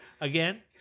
again